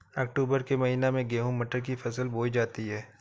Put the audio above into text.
अक्टूबर के महीना में गेहूँ मटर की फसल बोई जाती है